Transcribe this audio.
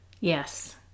Yes